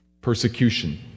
persecution